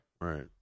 Right